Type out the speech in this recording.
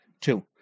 two